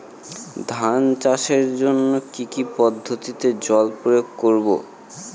ধান চাষের জন্যে কি কী পদ্ধতিতে জল প্রয়োগ করব?